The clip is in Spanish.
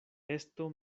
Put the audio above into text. esto